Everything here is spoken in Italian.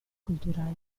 culturali